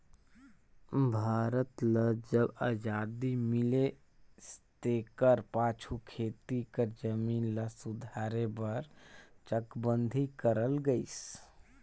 भारत ल जब अजादी मिलिस तेकर पाछू खेती कर जमीन ल सुधारे बर चकबंदी करल गइस